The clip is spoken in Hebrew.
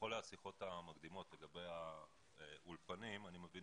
בכל השיחות המקדימות לגבי האולפנים אני מבין